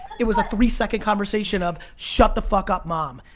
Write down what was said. it was a three-second conversation of shut the fuck up mom,